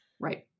Right